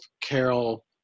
Carol